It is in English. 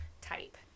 type